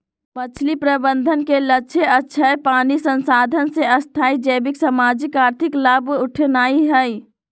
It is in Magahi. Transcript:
मछरी प्रबंधन के लक्ष्य अक्षय पानी संसाधन से स्थाई जैविक, सामाजिक, आर्थिक लाभ उठेनाइ हइ